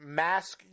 mask